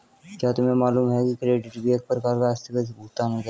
क्या तुम्हें मालूम है कि क्रेडिट भी एक प्रकार का आस्थगित भुगतान होता है?